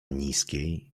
niskiej